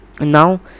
Now